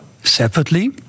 Separately